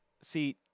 See